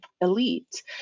elite